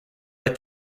but